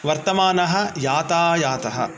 वर्तमानः यातायातः